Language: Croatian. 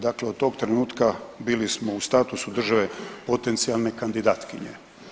Dakle, od tog trenutka bili smo u statusu države potencijalne kandidatkinje.